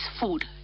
food